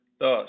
Thus